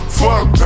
fuck